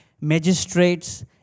magistrates